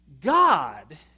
God